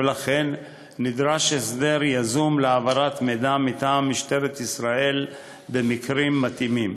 ולכן נדרש הסדר יזום להעברת מידע מטעם משטרת ישראל במקרים מתאימים.